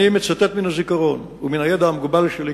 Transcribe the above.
אני מצטט מן הזיכרון ומן הידע המוגבל שלי,